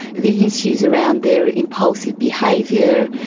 the issues around their impulsive behaviour,